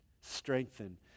Strengthen